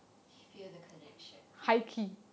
he feel the connection